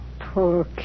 Poor